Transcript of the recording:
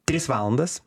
tris valandas